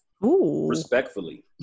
respectfully